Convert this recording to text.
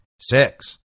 Six